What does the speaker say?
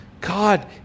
God